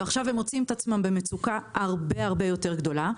ועכשיו הם מוצאים עצמם במצוקה הרבה הרבה יותר גדולה.